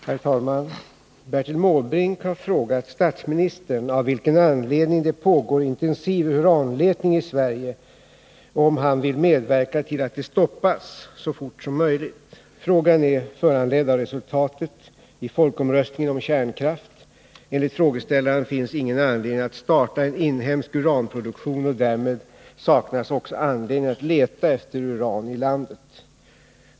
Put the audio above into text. Herr talman! Bertil Måbrink har frågat statsministern av vilken anledning det pågår intensiv uranletning i Sverige och om han vill medverka till att den stoppas så fort som möjligt. Frågan är föranledd av resultatet i folkomröstningen om kärnkraft. Enligt frågeställaren finns ingen anledning att starta en inhemsk uranproduktion, och därmed skulle det också saknas anledning att leta efter uran i landet.